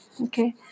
okay